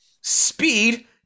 Speed